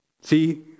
See